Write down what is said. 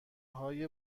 های